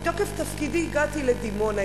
בתוקף תפקידי הגעתי לדימונה,